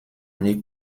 année